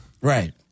Right